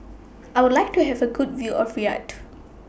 I Would like to Have A Good View of Riyadh